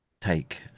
take